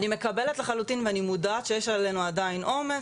אני מקבלת לחלוטין ואני יודעת שיש עלינו עדיין עומס.